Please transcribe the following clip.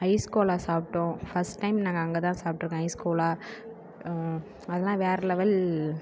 ice gola சாப்பிட்டோம் first time நாங்கள் அங்கே தான் சாப்பிட்டுருக்கோம் ஐஸ் கோலா அதெல்லாம் வேற லெவல்